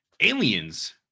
Aliens